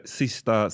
sista